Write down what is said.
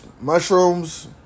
mushrooms